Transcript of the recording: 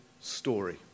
story